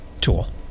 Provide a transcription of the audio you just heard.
tool